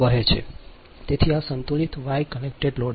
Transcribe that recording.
તેથી આ સંતુલિત વાય કનેક્ટેડ લોડ છે